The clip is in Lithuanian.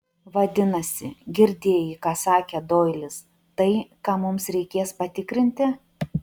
vadinasi girdėjai ką sakė doilis tai ką mums reikės patikrinti